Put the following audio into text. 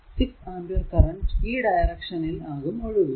6 ampere current ഈ ഡയറക്ഷനിൽ ആകും ഒഴുകുക